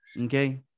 Okay